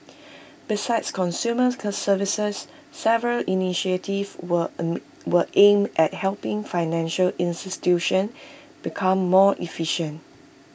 besides consumer services several initiatives were were aimed at helping financial institutions become more efficient